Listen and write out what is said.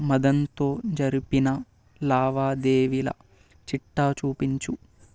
మదన్తో జరిపిన లావాదేవీల చిట్టా చూపించు